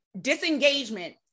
disengagement